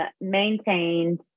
maintained